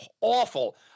awful